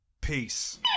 peace